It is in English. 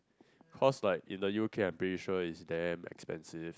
host like in the U_K I'm pretty sure is damn like expensive